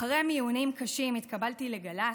אחרי מיונים קשים התקבלתי לגל"צ,